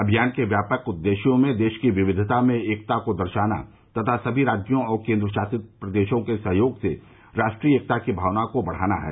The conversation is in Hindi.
अभियान के व्यापक उद्देश्यों में देश की विविधता में एकता को दर्शाना तथा सभी राज्यों और केंद्रशासित प्रदेशों के सहयोग से राष्ट्रीय एकता की भावना को बढ़ावा देना है